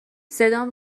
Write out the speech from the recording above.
صدام